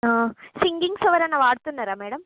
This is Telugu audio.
సింగింగ్స్ ఎవరైనా పాడుతున్నారా మేడం